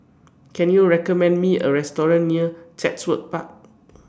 Can YOU recommend Me A Restaurant near Chatsworth Park